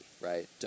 right